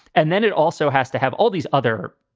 and then it also has to have all these other,